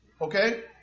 Okay